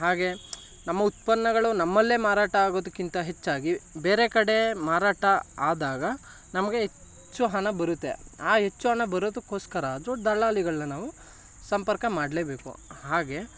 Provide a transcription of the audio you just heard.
ಹಾಗೆ ನಮ್ಮ ಉತ್ಪನ್ನಗಳು ನಮ್ಮಲ್ಲೇ ಮಾರಾಟ ಆಗೋದಕ್ಕಿಂತ ಹೆಚ್ಚಾಗಿ ಬೇರೆ ಕಡೆ ಮಾರಾಟ ಆದಾಗ ನಮಗೆ ಹೆಚ್ಚು ಹಣ ಬರುತ್ತೆ ಆ ಹೆಚ್ಚು ಹಣ ಬರೋದಕ್ಕೋಸ್ಕರ ಅದು ದಲ್ಲಾಳಿಗಳನ್ನ ನಾವು ಸಂಪರ್ಕ ಮಾಡಲೇಬೇಕು ಹಾಗೆ